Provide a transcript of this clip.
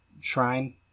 shrine